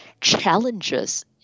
challenges